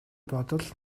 бодол